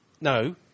No